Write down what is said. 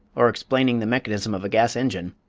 or explaining the mechanism of a gas engine,